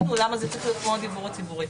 הזה צריך להיות כמו הדיוור הציבורי.